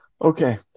okay